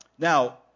Now